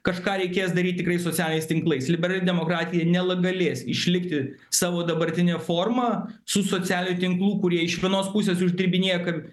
kažką reikės daryt tikrai socialiniais tinklais liberali demokratija nelgalės išlikti savo dabartine forma su socianių tinklų kurie iš vienos pusės uždirbinėja ka